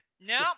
no